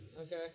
Okay